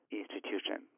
institution